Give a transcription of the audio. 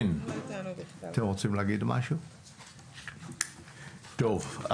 טוב,